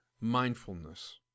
mindfulness